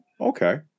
Okay